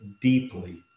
deeply